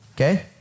okay